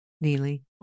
Neely